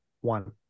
one